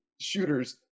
shooters